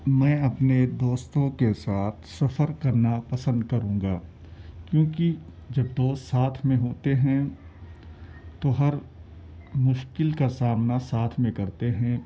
میں اپنے دوستوں کے ساتھ سفر کرنا پسند کروں گا کیوںکہ جب دوست ساتھ میں ہوتے ہیں تو ہر مشکل کا سامنا ساتھ میں کرتے ہیں